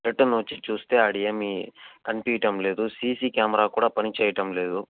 return వచ్చి చూస్తే ఆడేమి కనిపీయటం లేదు సీసీ కెమరా కూడా పనిచేయటం లేదు